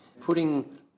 putting